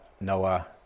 Noah